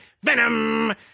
Venom